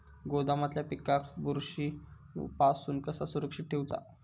गोदामातल्या पिकाक बुरशी पासून कसा सुरक्षित ठेऊचा?